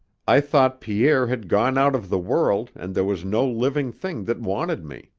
i thought pierre had gone out of the world and there was no living thing that wanted me.